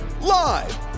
live